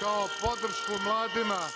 kao podršku mladima